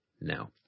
Now